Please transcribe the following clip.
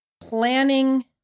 planning